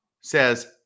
says